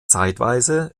zeitweise